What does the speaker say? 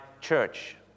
church